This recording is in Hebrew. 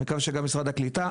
ניכר שגם משרד הקליטה,